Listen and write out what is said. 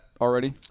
already